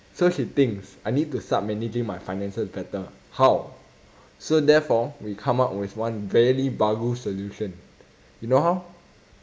so she thinks I need to start managing my finances better how so therefore we come up with one very bagus solution you know how